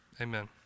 Amen